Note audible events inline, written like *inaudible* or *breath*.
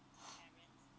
*breath*